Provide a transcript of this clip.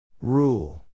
Rule